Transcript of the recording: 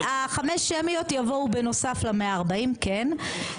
5 ההצבעות השמיות יבואו בנוסף ל-140, כן.